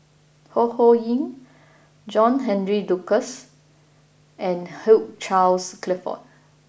Ho Ho Ying John Henry Duclos and Hugh Charles Clifford